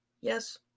Yes